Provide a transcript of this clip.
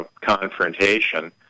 confrontation